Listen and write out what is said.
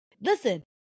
listen